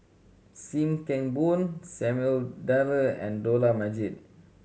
Sim Kee Boon Samuel Dyer and Dollah Majid